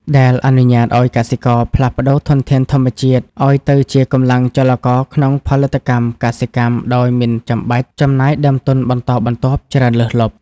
ដែលអនុញ្ញាតឱ្យកសិករផ្លាស់ប្តូរធនធានធម្មជាតិឱ្យទៅជាកម្លាំងចលករក្នុងផលិតកម្មកសិកម្មដោយមិនចាំបាច់ចំណាយដើមទុនបន្តបន្ទាប់ច្រើនលើសលប់។